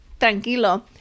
tranquilo